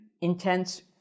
intense